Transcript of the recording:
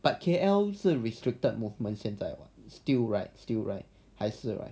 but K_L 是 restricted movement 现在 still right still right 还是 right